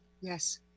yes